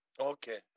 Okay